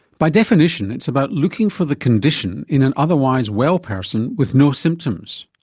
by definition it's about looking for the condition in an otherwise well person with no symptoms.